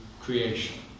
creation